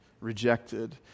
rejected